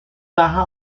baja